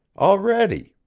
already.